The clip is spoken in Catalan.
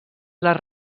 les